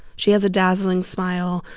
she has a dazzling smile,